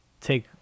take